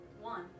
One